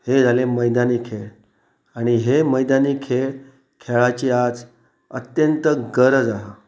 हे जाले मैदानी खेळ आनी हे मैदानी खेळ खेळाची आज अत्यंत गरज आसा